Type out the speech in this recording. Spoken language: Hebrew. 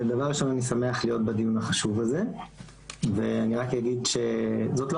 שמח להיות בדיון החשוב הזה ואני רק אגיד שזאת לא